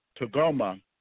Tagoma